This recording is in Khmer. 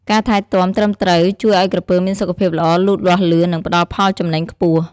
ការថែទាំត្រឹមត្រូវជួយឲ្យក្រពើមានសុខភាពល្អ លូតលាស់លឿន និងផ្តល់ផលចំណេញខ្ពស់។